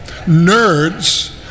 Nerds